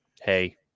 Hey